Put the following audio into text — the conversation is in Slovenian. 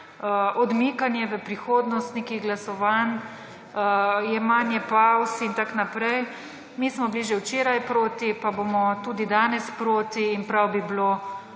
odmikanje v prihodnost nekih glasovanj, jemanje pavz in tako naprej. Mi smo bili že včeraj proti pa bomo tudi danes proti in prav bi bilo,